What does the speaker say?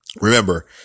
remember